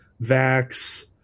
Vax